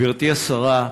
גברתי השרה,